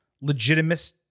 legitimate